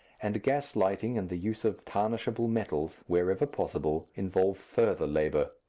and gas-lighting and the use of tarnishable metals, wherever possible, involve further labour.